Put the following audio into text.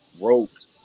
roads